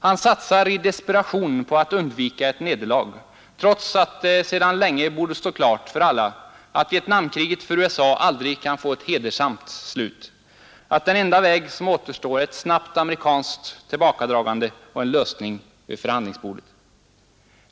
Han satsar i desperation på att undvika ett nederlag — trots att det sedan länge borde stå klart för alla att Vietnamkriget för USA aldrig kan få ett ”hedersamt” slut: att den enda väg som återstår är ett snabbt amerikanskt tillbakadragande och en lösning vid förhandlingsbordet.